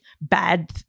bad